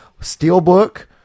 steelbook